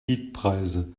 mietpreise